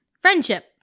Friendship